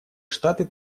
штаты